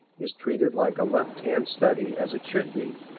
is treated like a left hand study, as it should be.